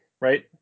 right